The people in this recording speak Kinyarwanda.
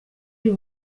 uyu